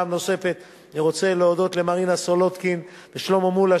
אני רוצה להודות למרינה סולודקין ולשלמה מולה,